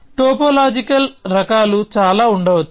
topological రకాలు చాలా ఉండవచ్చు